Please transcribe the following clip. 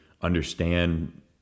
understand